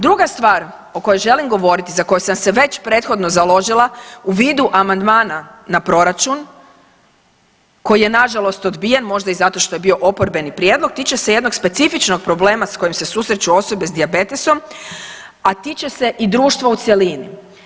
Druga stvar o kojoj želim govoriti, za koju sam se već prethodno založila u vidu amandmana na proračun koji je na žalost odbijen možda zato što je bio oporbeni prijedlog tiče se jednog specifičnog problema sa kojim se susreću osobe sa dijabetesom, a tiče se i društva u cjelini.